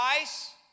ice